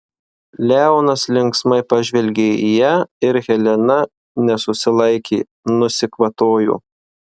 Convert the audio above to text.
leonas linksmai pažvelgė į ją ir helena nesusilaikė nusikvatojo